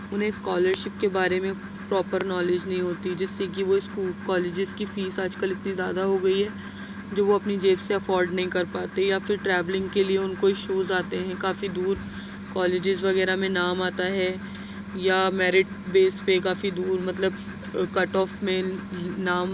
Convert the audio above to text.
انہیں اسکالرشپ کے بارے میں پراپر نالج نہیں ہوتی جس سے کہ وہ اسکول کالجز کی فیس آج کل اتنی زیادہ ہو گئی ہے جو وہ اپنی جیب سے افورڈ نہیں کر پاتے یا پھر ٹراولینگ کے لیے ان کو ایشوز آتے ہیں کافی دور کالجز وغیرہ میں نام آتا ہے یا میرٹ بیس پہ کافی دور مطلب کٹ آف میں نام